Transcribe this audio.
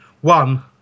one